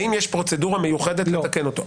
האם יש פרוצדורה מיוחדת לתקן אותו?